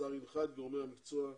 השר הנחה את גורמי המקצוע,